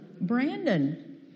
Brandon